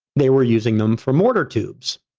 they were using them for mortar tubes,